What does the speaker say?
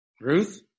Ruth